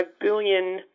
billion